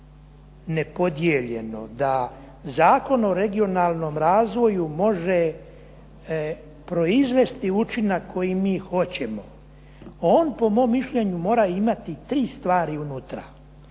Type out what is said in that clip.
nepodijeljeno da Zakon o regionalnom razvoju može proizvesti učinak koji mi hoćemo on po mom mišljenju mora imati tri stvari unutra.